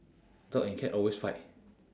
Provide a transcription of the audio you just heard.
dog and cat always fight